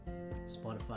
Spotify